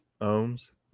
ohms